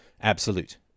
absolute